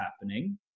happening